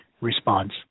response